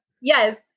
Yes